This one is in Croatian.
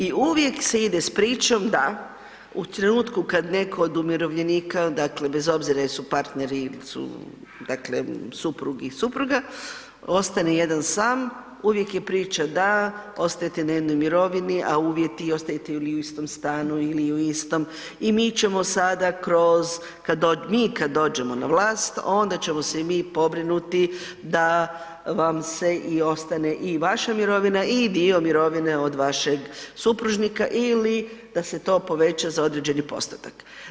I uvijek se ide s pričom da u trenutku kad netko od umirovljenika, dakle bez obzira jesu partneri il su dakle suprug i supruga ostane jedan sam, uvijek je priča da ostajete na jednoj mirovini, a uvjeti i ostajete ili u istom stanu ili u istom i mi ćemo sada kroz kad dođemo, mi kada dođemo na vlast onda ćemo se mi pobrinuti da vam se i ostane i vaša mirovina i dio mirovine od vašeg supružnika ili da se to poveća za određeni postotak.